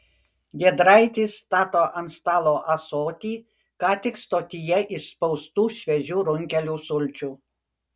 giedraitis stato ant stalo ąsotį ką tik stotyje išspaustų šviežių runkelių sulčių